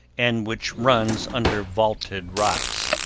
and which runs under vaulted rocks.